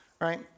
right